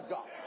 God